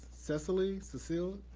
cecily, cecile,